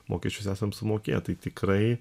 mokesčius esam sumokėję tai tikrai